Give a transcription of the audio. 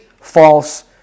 false